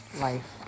life